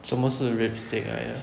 什么是 rib stick 来的